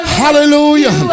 hallelujah